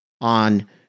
on